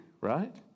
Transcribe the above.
right